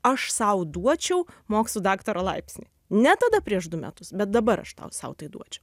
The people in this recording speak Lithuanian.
aš sau duočiau mokslų daktaro laipsnį ne tada prieš du metus bet dabar aš tau sau tai duočiau